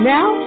Now